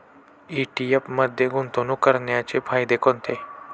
ETF मध्ये गुंतवणूक करण्याचे फायदे कोणते?